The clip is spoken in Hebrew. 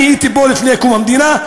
אני הייתי פה לפני קום המדינה,